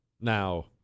Now